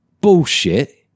bullshit